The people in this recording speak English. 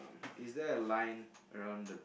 is there a line around the